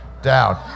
down